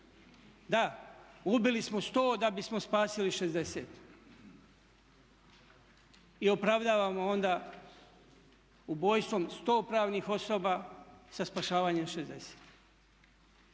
Da, ubili smo 100 da bismo spasili 60. I opravdavamo onda ubojstvom 100 pravnih osoba sa spašavanjem 60.